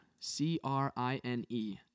C-R-I-N-E